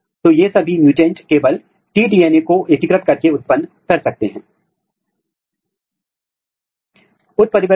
इस सभी मामले में यदि आप SHORTROOT प्रोटीन के अभिव्यक्ति डोमेन को देखते हैं तो आप देखते हैं कि यह जीन संवहनी मुद्दे में व्यक्त किया गया है